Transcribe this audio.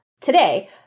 today